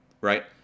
right